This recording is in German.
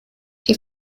die